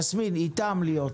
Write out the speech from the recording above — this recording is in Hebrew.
יסמין, להיות איתם.